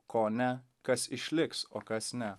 ko ne kas išliks o kas ne